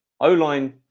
O-line